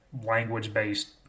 language-based